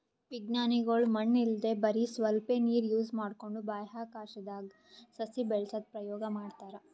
ವಿಜ್ಞಾನಿಗೊಳ್ ಮಣ್ಣ್ ಇಲ್ದೆ ಬರಿ ಸ್ವಲ್ಪೇ ನೀರ್ ಯೂಸ್ ಮಾಡ್ಕೊಂಡು ಬಾಹ್ಯಾಕಾಶ್ದಾಗ್ ಸಸಿ ಬೆಳಸದು ಪ್ರಯೋಗ್ ಮಾಡ್ತಾರಾ